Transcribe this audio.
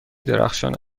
درخشان